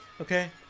Okay